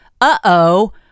uh-oh